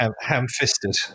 ham-fisted